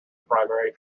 primary